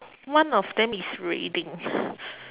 one of them is reading